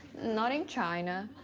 not in china.